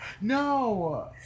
No